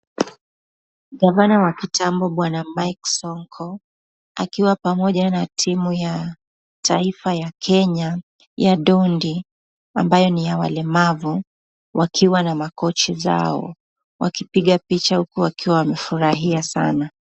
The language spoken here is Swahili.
Gavana wa kitambo bwana Mike Sonko akiwa pamoja na timu ya taifa ya Kenya ya ndondi ambayo ni ya walemavu wakiwa na makocha zao wakipiga picha huku wakiwa wamefurahi sana.